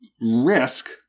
risk